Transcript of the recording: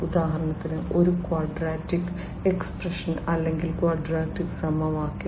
ഉദാഹരണത്തിന് ഒരു quadratic expression അല്ലെങ്കിൽ ക്വാഡ്രാറ്റിക് സമവാക്യം